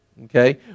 Okay